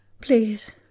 please